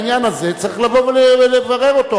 העניין הזה צריך לבוא ולברר אותו,